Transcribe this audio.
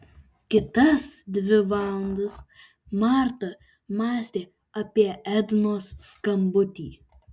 kitas dvi valandas marta mąstė apie ednos skambutį